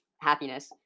happiness